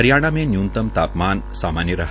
हरियाणामें न्यूनतम ता मान सामान्य रहा